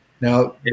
Now